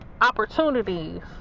opportunities